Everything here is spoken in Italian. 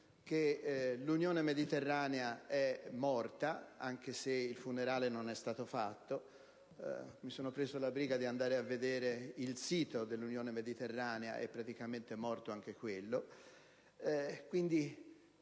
che l'Unione Mediterranea è morta, anche se il funerale non è stato fatto: mi sono preso la briga di andare a vedere il sito dell'Unione Mediterranea ed è praticamente morto anche quello.